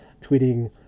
tweeting